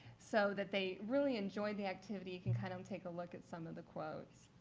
so that they really enjoyed the activity. you can kind of take a look at some of the quotes.